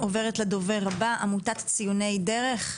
עמותת ציוני דרך,